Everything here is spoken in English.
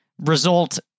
result